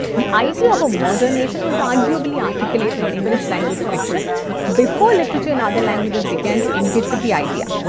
the idea of a modern nation was arguably articulated in english language fiction before literature and other languages began to engage with the idea.